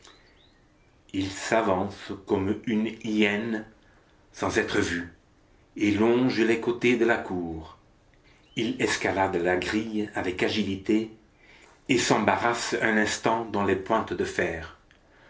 il s'avance comme une hyène sans être vu et longe les côtés de la cour il escalade la grille avec agilité et s'embarrasse un instant dans les pointes de fer